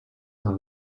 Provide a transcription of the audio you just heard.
del